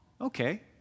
okay